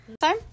Time